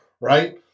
Right